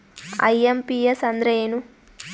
IMPS ಅಂದ್ರ ಏನು?